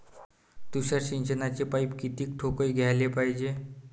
तुषार सिंचनाचे पाइप किती ठोकळ घ्याले पायजे?